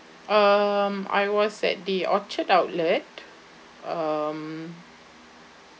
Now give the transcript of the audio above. um I was at the orchard outlet um